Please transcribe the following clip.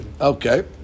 Okay